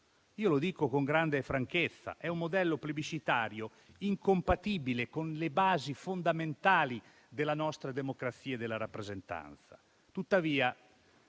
Dico con grande franchezza che tale modello plebiscitario è incompatibile con le basi fondamentali della nostra democrazia e della rappresentanza.